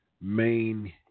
main